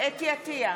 חוה אתי עטייה,